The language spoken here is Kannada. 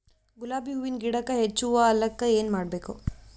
ಗುಲಾಬಿ ಹೂವಿನ ಗಿಡಕ್ಕ ಹೆಚ್ಚ ಹೂವಾ ಆಲಕ ಏನ ಮಾಡಬೇಕು?